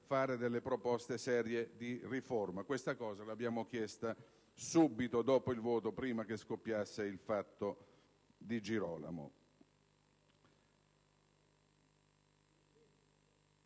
fare delle proposte serie di riforma. Questo lo abbiamo chiesto subito dopo il voto, prima che scoppiasse il caso Di Girolamo.